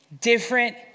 different